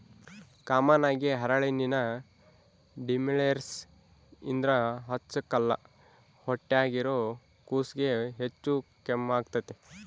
common ಆಗಿ ಹರಳೆಣ್ಣೆನ ದಿಮೆಂಳ್ಸೇರ್ ಇದ್ರ ಹಚ್ಚಕ್ಕಲ್ಲ ಹೊಟ್ಯಾಗಿರೋ ಕೂಸ್ಗೆ ಹೆಚ್ಚು ಕಮ್ಮೆಗ್ತತೆ